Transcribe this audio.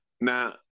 Now